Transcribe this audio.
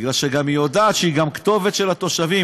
כי היא גם יודעת שהיא הכתובת של התושבים,